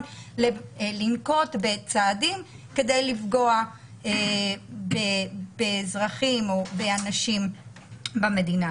לנקוט בצעדים כדי לפגוע באזרחים במדינה.